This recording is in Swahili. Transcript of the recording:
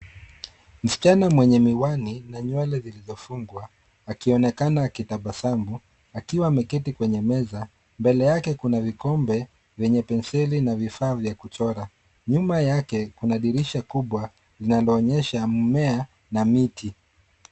Msichana mwenye miwani na nywele zilizofungwa, akionekana akitabasamu, akiwa ameketi kwenye meza. Mbele yake kuna vikombe vyenye penseli na vifaa vya kuchora. Nyuma yake kuna dirisha kubwa linaloonyesha mmea na miti.